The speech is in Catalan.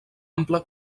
ampla